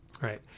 right